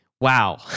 wow